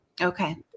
Okay